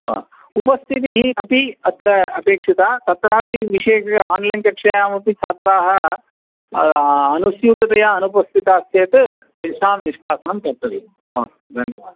हा उपस्थितिः अपि अत्र अपेक्षिता तत्रापि विशेषः आन्लैन् कक्षायामपि छात्राः अनुस्यूततया अनुपस्थिताः चेत् तेषां निष्कासनं कर्तव्यं नमस्ते धन्यवादः